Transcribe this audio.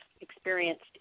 experienced